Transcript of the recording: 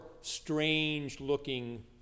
strange-looking